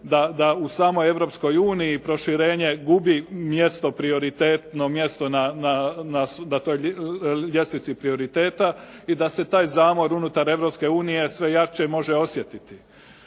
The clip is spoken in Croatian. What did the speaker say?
da u samoj Europskoj uniji proširenje gubi mjesto, prioritetno mjesto na toj ljestvici prioriteta i da se taj zamor unutar Europske unije sve jače može osjetiti.